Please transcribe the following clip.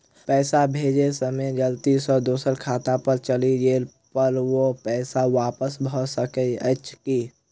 पैसा भेजय समय गलती सँ दोसर खाता पर चलि गेला पर ओ पैसा वापस भऽ सकैत अछि की?